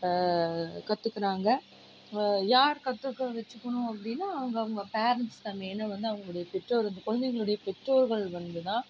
கற்றுக்கறாங்க யார் கற்றுக்க வச்சுக்கணும் அப்படினா அவங்கவுங்க பேரன்ட்ஸ் தான் மெய்னாக வந்து அவங்களோடைய பெற்றோர் வந்து அந்த குழந்தைகளுடைய பெற்றோர்கள் வந்துதான்